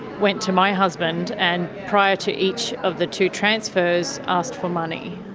went to my husband and, prior to each of the two transfers, asked for money.